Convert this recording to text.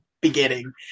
beginning